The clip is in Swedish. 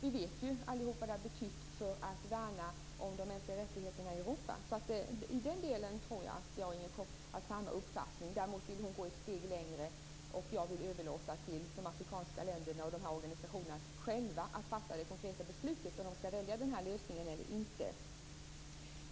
Vi vet ju allihop vad detta har betytt för att värna de mänskliga rättigheterna i Europa. I den delen tror jag att jag och Inger Koch har samma uppfattning. Däremot vill hon gå ett steg längre. Jag vill i stället överlåta till de afrikanska länderna och organisationerna själva att fatta det konkreta beslutet om ifall de skall välja den här lösningen eller inte.